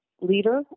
leader